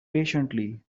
patiently